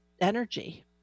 energy